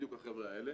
בדיוק החבר'ה האלה